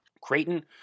Creighton